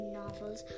novels